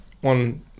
one